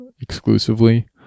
Exclusively